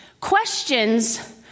Questions